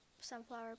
sunflower